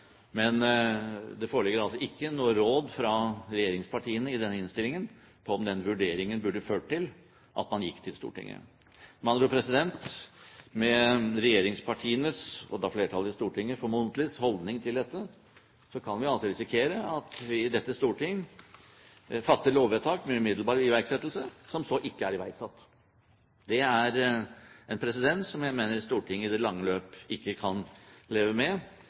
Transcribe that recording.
Det foreligger altså ikke noen råd fra regjeringspartiene i denne innstillingen om hvorvidt den vurderingen burde ført til at man gikk til Stortinget. Med regjeringspartienes holdning, og da formodentlig flertallet i Stortingets holdning til dette, kan vi altså risikere at vi i dette storting fatter lovvedtak som skal bli fulgt opp med umiddelbar iverksettelse, ikke blir iverksatt. Det er en presedens som jeg mener Stortinget i det lange løp ikke kan leve med.